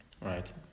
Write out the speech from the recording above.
Right